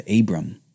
Abram